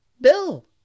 Bill